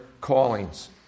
callings